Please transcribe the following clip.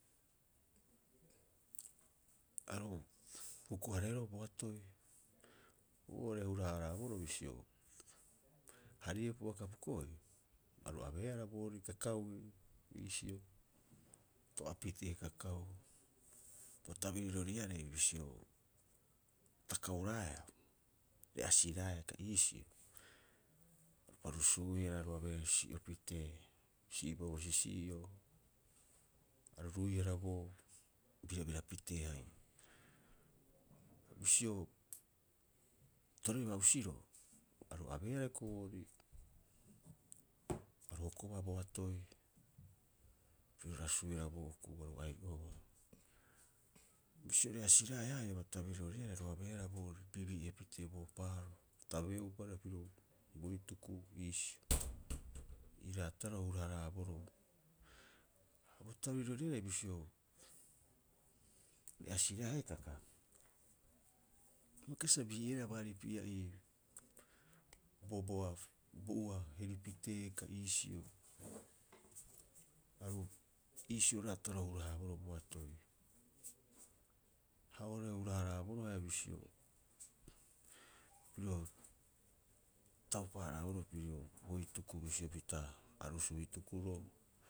Aru huku- hareeroo boatoi, oo'ore a hura- haraaboroo bisio, hariepua kapuko'oi, aru abeehara boorii kakaui iisio, to'apitee kakau. Bo tabiriroriarei bisio taka'uraeaa, re'asiraeaa ke iisio aru pasuuihara aru abeehara sisii'o pitee. Si'ieba bo sisii'o, aru ruihara boo birabira pitee haia. Bisio toribaa usiro'o, aru abeehara hioko'i boorii aru hokobaa boatoi. Piro rasuihara bo okuu aru ai'obaa. Bisio re'asiraeaa haia bo tabiriroriarei aru abeehara boorii bibii'e pitee bo ohopaaro tabeo'upa airaba pirio bo hituku iisio. Ii raataroo a hura- haraaboroo, ha bo tabiriroriarei bisio re'asiraeaa hitaka, a bai kasibaa sa bii'eeraha baarii pia'ii boboa bo'ua heri pitee kai iisio. Aru iisio raataro hura- haraboroo boatoi. Ha oo'ora a hura- haraaboroo haia bisio piro taupa- haraaboro pirio bo hituku bisio pita arusu'ita hitukuro.